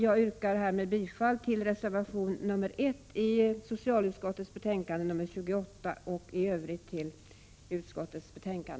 Jag yrkar härmed bifall till reservation nr 1 i socialutskottets betänkande nr 28 och i övrigt till utskottets hemställan.